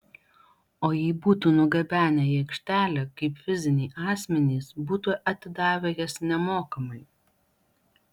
o jei būtų nugabenę į aikštelę kaip fiziniai asmenys būtų atidavę jas nemokamai